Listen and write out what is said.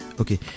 okay